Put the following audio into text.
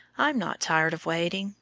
i'm not tired of waiting,